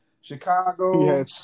Chicago